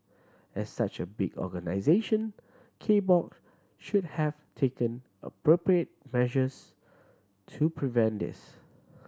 as such a big organisation K Box should have taken appropriate measures to prevent this